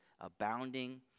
abounding